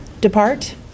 depart